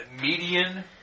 median